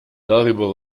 darüber